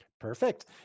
Perfect